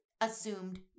assumed